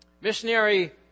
Missionary